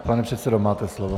Pane předsedo, máte slovo.